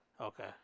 Okay